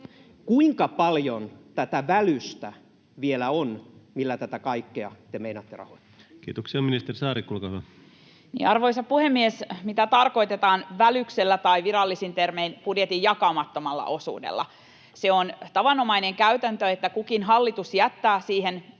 kuinka paljon tätä välystä vielä on, millä tätä kaikkea te meinaatte rahoittaa? Kiitoksia. — Ministeri Saarikko, olkaa hyvä. Arvoisa puhemies! Mitä tarkoitetaan välyksellä tai, virallisin termein, budjetin jakamattomalla osuudella? Se on tavanomainen käytäntö, että kukin hallitus jättää siihen